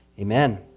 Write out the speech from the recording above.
amen